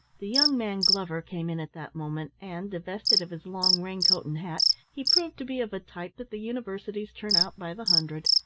the young man glover came in at that moment, and divested of his long raincoat and hat, he proved to be of a type that the universities turn out by the hundred.